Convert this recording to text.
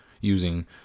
using